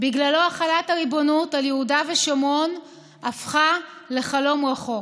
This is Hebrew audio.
בגללו החלת הריבונות על יהודה ושומרון הפכה לחלום רחוק.